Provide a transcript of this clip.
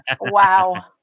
Wow